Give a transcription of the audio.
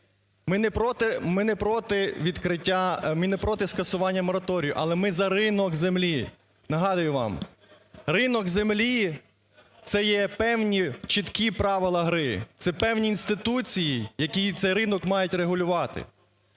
ми не проти скасування мораторію, але ми за ринок землі. Нагадую вам, ринок землі – це є певні чіткі правила гри, це певні інституції, які цей ринок мають регулювати.